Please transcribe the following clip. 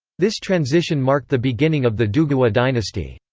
this transition marked the beginning of the duguwa dynasty.